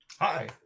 Hi